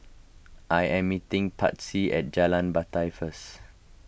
I am meeting Patsy at Jalan Batai first